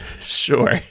Sure